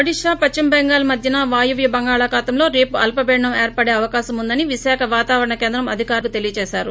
ఒడిషా పశ్చిమ బెంగాల్ మధ్యన వాయువ్య బంగాళాఖాతంలో రేపు అల్స పీడనం ఏర్పడే అవకాశం ఉందని విశాఖ వాతావరణ కేంద్రం అధికారులు తెలియచేశారు